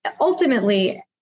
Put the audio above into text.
Ultimately